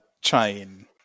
chain